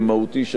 שאני מקווה,